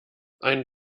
ein